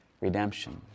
redemption